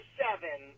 seven